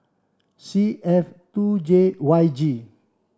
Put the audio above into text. C F two J Y G